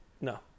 No